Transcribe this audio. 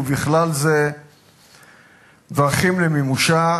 ובכלל זה דרכים למימושו,